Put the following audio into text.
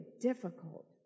difficult